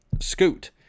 scoot